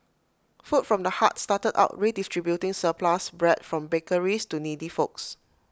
food from the heart started out redistributing surplus bread from bakeries to needy folks